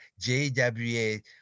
JWA